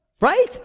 Right